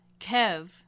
Kev